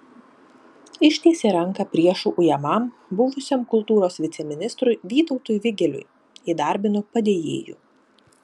ištiesė ranką priešų ujamam buvusiam kultūros viceministrui vytautui vigeliui įdarbino padėjėju